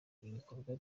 ibikorwa